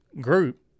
group